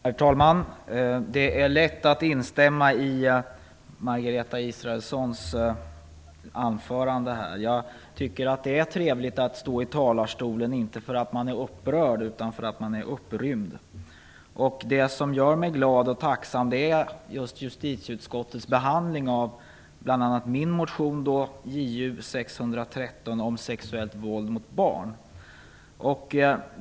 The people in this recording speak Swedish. Herr talman! Det är lätt att instämma i Margareta Israelssons anförande. Jag tycker att det är trevligt att stå i talarstolen, inte därför att jag är upprörd utan därför att jag är upprymd. Det som gör mig glad och tacksam är just justitieutskottets behandling av bl.a. min motion JU:613 om sexuellt våld mot barn.